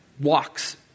walks